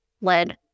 led